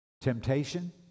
Temptation